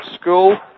school